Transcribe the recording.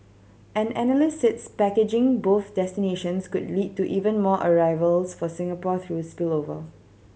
an analyst said packaging both destinations could lead to even more arrivals for Singapore through spillover